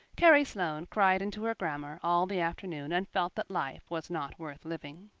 carrie sloane cried into her grammar all the afternoon and felt that life was not worth living.